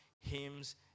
hymns